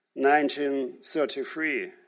1933